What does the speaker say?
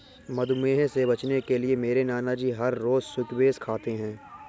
मधुमेह से बचने के लिए मेरे नानाजी हर रोज स्क्वैश खाते हैं